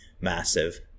massive